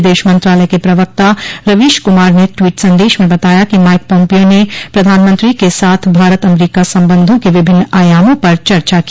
विदेश मंत्रालय के प्रवक्ता रवीश कुमार ने ट्वीट संदेश में बताया कि माइक पॉम्पियो ने प्रधानमंत्री के साथ भारत अमरीका संबंधों के विभिन्न आयामा पर चर्चा की